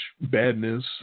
badness